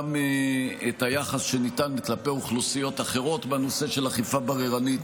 את היחס שניתן כלפי אוכלוסיות אחרות בנושא של אכיפה בררנית.